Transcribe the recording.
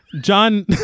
John